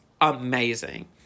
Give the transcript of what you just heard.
amazing